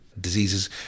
diseases